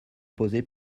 poser